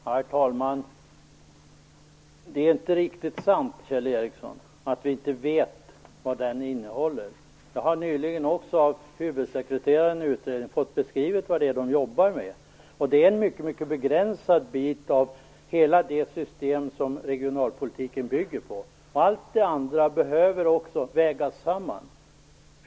Herr talman! Det är inte riktigt sant, Kjell Ericsson, att vi inte vet vad utredningen innehåller. Jag har nyligen fått beskrivet av huvudsekreteraren i utredningen vad de jobbar med. Det är en mycket begränsad del av hela det system som regionalpolitiken bygger på. Allt det andra behöver också vägas samman.